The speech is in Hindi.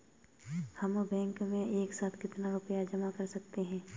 हम बैंक में एक साथ कितना रुपया जमा कर सकते हैं?